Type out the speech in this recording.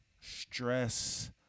Stress